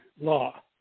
law